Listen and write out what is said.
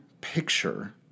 picture